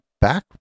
back